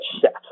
set